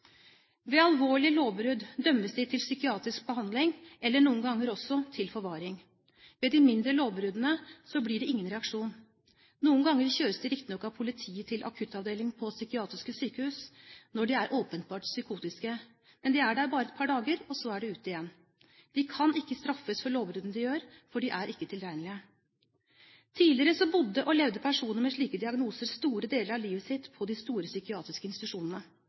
Ved alvorlige lovbrudd dømmes de til psykiatrisk behandling eller noen ganger også til forvaring. Ved de mindre lovbruddene blir det ingen reaksjon. Noen ganger kjøres de riktignok av politiet til akuttavdeling på psykiatrisk sykehus når de er åpenbart psykotiske. Men de er der bare et par dager, og så er det ut igjen. De kan ikke straffes for lovbruddene de gjør, for de er ikke tilregnelige. Tidligere bodde og levde personer med slike diagnoser store deler av livet sitt på de store psykiatriske institusjonene.